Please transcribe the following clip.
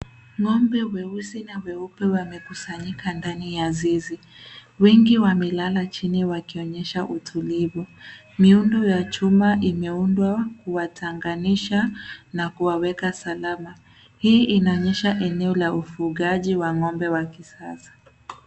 Ng'ombe weusi na weupe wamekusanyika ndani ya zizi. Wengi wamelala chini wakionyesha utulivu. Miundo ya chuma imeundwa kuwatenganisha na kuwaweka salama. Hii inaonyesha eneo la ufugaji wa ng'ombe wa kisasa.